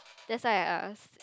that's why I ask